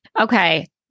Okay